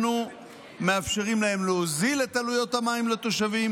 אנחנו מאפשרים להן להוריד את עלויות המים לתושבים